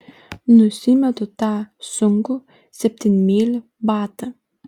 nusimetu tą sunkų septynmylį batą